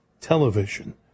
Television